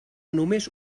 només